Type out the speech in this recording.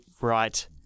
right